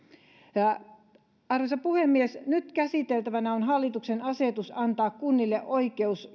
arvoisa puhemies nyt käsiteltävänä on hallituksen asetus antaa kunnille oikeus